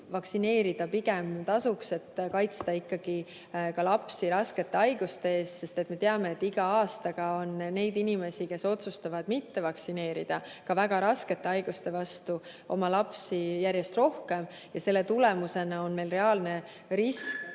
vaktsineerida pigem tasub, et kaitsta oma lapsi raskete haiguste eest. Me teame, et iga aastaga on neid inimesi, kes otsustavad mitte vaktsineerida ka väga raskete haiguste vastu oma lapsi, järjest rohkem. Ja selle tulemusena on meil reaalne risk,